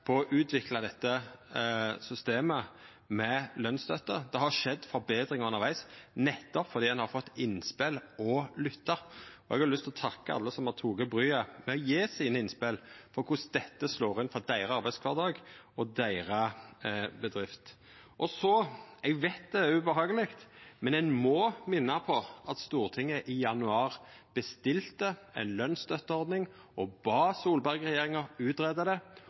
på å utvikla dette systemet med lønsstøtte. Det har skjedd forbetringar undervegs, nettopp fordi ein har fått innspel og lytta. Eg har lyst til å takka alle som har teke bryet med å gje sine innspel til korleis dette slår ut for deira arbeidskvardag og deira bedrift. Så veit eg det er ubehageleg, men eg må minna om at Stortinget i januar bestilte ei lønsstøtteordning og bad Solberg-regjeringa greia det ut, og dei har ikkje gjort ein einaste ting for å gjera det.